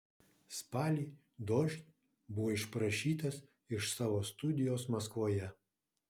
spalį dožd buvo išprašytas iš savo studijos maskvoje